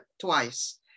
twice